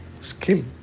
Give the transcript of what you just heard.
skill